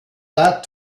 that